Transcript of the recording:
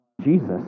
Jesus